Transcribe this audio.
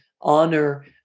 honor